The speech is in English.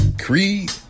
creed